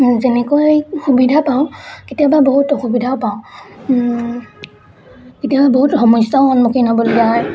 যেনেকৈ সুবিধা পাওঁ কেতিয়াবা বহুত অসুবিধাও পাওঁ কেতিয়াবা বহুত সমস্যাও সন্মুখীন হ'বলগীয়া হয়